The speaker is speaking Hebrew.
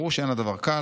"ברור שאין הדבר קל.